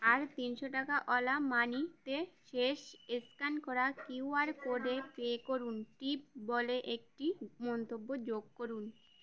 আর তিনশো টাকা ওলা মানিতে শেষ স্ক্যান করা কিউ আর কোডে পে করুন টিপ বলে একটি মন্তব্য যোগ করুন